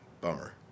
Bummer